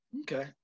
Okay